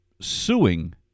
suing